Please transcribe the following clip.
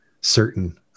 certain